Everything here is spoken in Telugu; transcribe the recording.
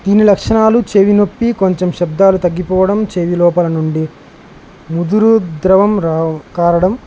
దీని లక్షణాలు చెవి నొప్పి కొంచెం శబ్దాలు తగ్గిపోవడం చెవి లోపల నుండి ముదురు ద్రవం రావు కారడం